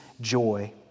joy